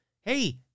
Hey